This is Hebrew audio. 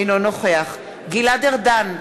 אינו נוכח גלעד ארדן,